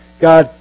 God